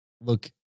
Look